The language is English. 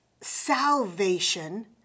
salvation